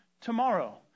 tomorrow